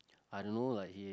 I don't know like he